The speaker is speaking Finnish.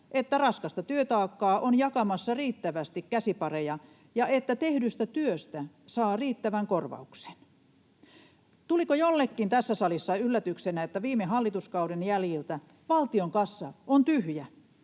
että raskasta työtaakkaa on jakamassa riittävästi käsipareja ja että tehdystä työstä saa riittävän korvauksen. Tuliko jollekin tässä salissa yllätyksenä, että viime hallituskauden jäljiltä valtion kassa on tyhjä?